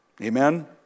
amen